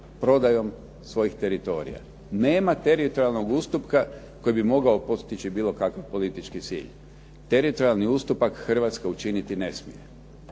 prodajom svojih teritorija. Nema teritorijalnog ustupka koji bi mogao postići bilo kakav politički cilj. Teritorijalni ustupak Hrvatska učiniti ne smije.